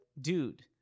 dude